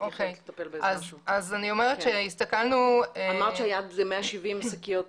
אמרת שהיעד הוא 170 שקיות